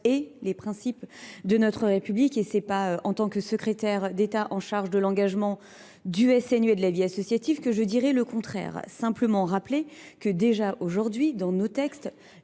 et les principes de notre République. Et ce n'est pas en tant que secrétaire d'État en charge de l'engagement du SNU et de la vie associative que je dirais le contraire. Simplement rappeler que déjà aujourd'hui, dans nos textes,